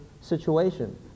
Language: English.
situation